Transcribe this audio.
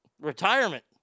retirement